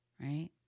right